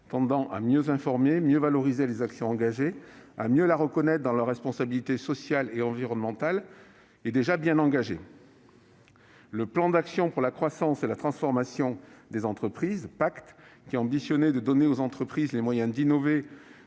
tendant à mieux informer, mieux valoriser les actions engagées, mieux reconnaître leur responsabilité sociale et environnementale, est déjà bien engagée. Le plan d'action pour la croissance et la transformation des entreprises (Pacte), qui ambitionnait de donner aux entreprises les moyens d'innover,